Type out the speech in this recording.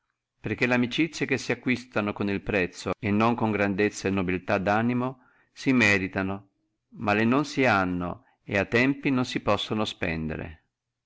perché le amicizie che si acquistano col prezzo e non con grandezza e nobiltà di animo si meritano ma elle non si hanno et a tempi non si possano spendere